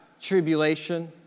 tribulation